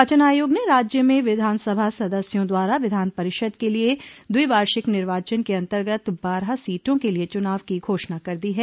निर्वाचन आयोग ने राज्य में विधान सभा सदस्यों द्वारा विधान परिषद के लिए द्विवार्षिक निर्वाचन के अंतर्गत बारह सीटों के लिये चुनाव की घोषणा कर दी है